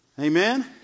Amen